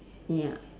ya